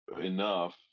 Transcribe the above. enough